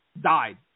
died